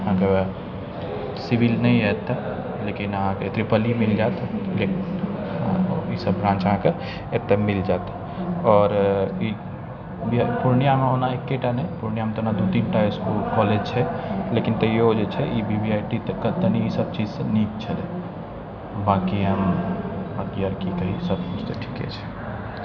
अहाँक सिविल नहि आएत तऽ लेकिन अहाँके ट्रिपल ए मिलि जाएत ईसब ब्रान्च अहाँके एतऽ मिलि जाएत आओर ई पूर्णियामे ओना एकेटा नहि पूर्णियामे ओना दू तीनटा इसकुल कॉलेज छै लेकिन तैओ जे छै ई वी वी आइ टी तऽ कनि ई सबचीजसँ नीक छै बाकी हम बाकी आओर की कही सबकिछु तऽ ठीके छै